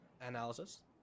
analysis